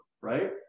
right